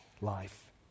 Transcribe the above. life